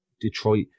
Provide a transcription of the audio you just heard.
Detroit